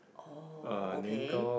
oh okay